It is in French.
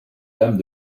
dames